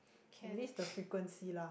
list the frequency lah